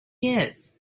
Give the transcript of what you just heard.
his